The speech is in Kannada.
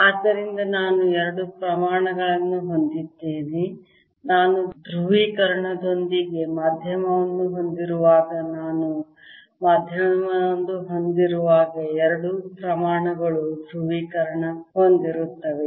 ಆದ್ದರಿಂದ ನಾನು ಎರಡು ಪ್ರಮಾಣಗಳನ್ನು ಹೊಂದಿದ್ದೇನೆ ನಾನು ಧ್ರುವೀಕರಣದೊಂದಿಗೆ ಮಾಧ್ಯಮವನ್ನು ಹೊಂದಿರುವಾಗ ನಾನು ಮಾಧ್ಯಮವನ್ನು ಹೊಂದಿರುವಾಗ ಎರಡೂ ಪ್ರಮಾಣಗಳು ಧ್ರುವೀಕರಣ ಹೊಂದಿರುತ್ತವೆ